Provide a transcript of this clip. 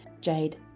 Jade